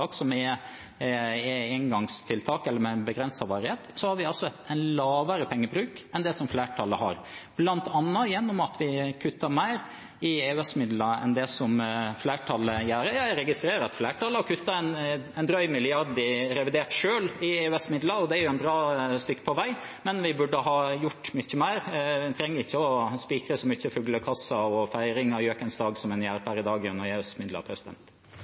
koronatiltak, som er engangstiltak eller med begrenset varighet, har en lavere pengebruk enn det flertallet har, bl.a. gjennom at vi kutter mer i EØS-midlene enn det flertallet gjør. Ja, jeg registrerer at flertallet selv har kuttet en drøy milliard kroner i revidert i EØS-midler, og det er jo et bra stykke på vei, men vi burde ha gjort mye mer. En trenger ikke å spikre så mange fuglekasser og feire gjøkens dag som en gjør per i dag